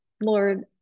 lord